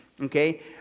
okay